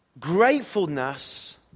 Gratefulness